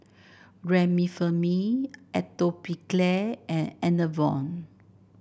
Remifemin Atopiclair and Enervon